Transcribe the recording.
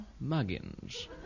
Muggins